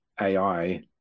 AI